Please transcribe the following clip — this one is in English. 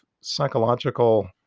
Psychological